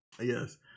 Yes